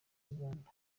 uganda